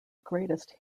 greatest